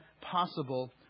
possible